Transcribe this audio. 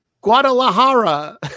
Guadalajara